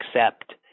accept